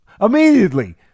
immediately